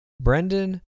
Brendan